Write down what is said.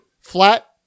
Flat